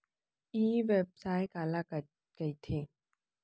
ई व्यवसाय काला कहिथे?